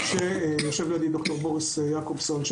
ויושב לידי ד"ר בוריס יעקובסון,